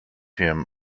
him